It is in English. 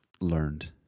learned